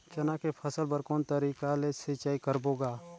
चना के फसल बर कोन तरीका ले सिंचाई करबो गा?